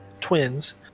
twins